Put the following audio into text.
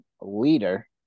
leader